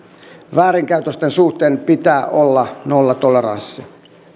väärinkäytösten suhteen pitää olla nollatoleranssi